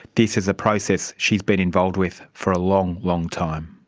this is a process she's been involved with for a long, long time.